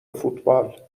فوتبال